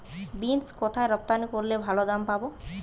Beans কোথায় রপ্তানি করলে ভালো দাম পাব?